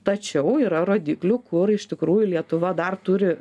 tačiau yra rodikliu kur iš tikrųjų lietuva dar turi